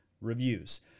reviews